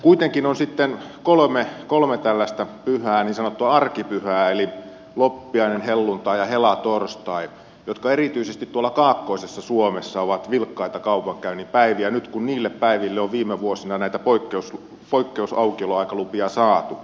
kuitenkin on sitten kolme tällaista niin sanottua arkipyhää eli loppiainen helluntai ja helatorstai jotka erityisesti tuolla kaakkoisessa suomessa ovat vilkkaita kaupankäynnin päiviä nyt kun niille päiville on viime vuosina näitä poikkeusaukioloaikalupia saatu